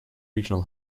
regional